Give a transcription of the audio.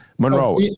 Monroe